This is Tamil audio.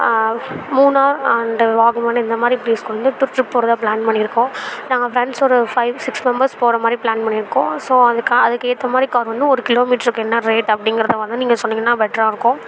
மூணார் அண்ட் வாகமன் இந்த மாதிரி ப்ளேஸுக்கு வந்து ட்ரிப் போகறதா ப்ளான் பண்ணிருக்கோம் நாங்கள் ஃப்ரண்ஸோட ஃபைவ் சிக்ஸ் மெம்பர்ஸ் போகற மாதிரி ப்ளான் பண்ணிருக்கோம் ஸோ அதற்கு அதற்கு ஏற்ற மாதிரி கார் வந்து ஒரு கிலோ மீட்டருக்கு என்ன ரேட் அப்படிங்குறத வந்து நீங்கள் சொன்னிங்கன்னா பெட்ராக இருக்கும்